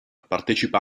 partecipa